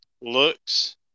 looks